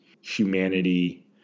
humanity